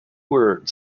word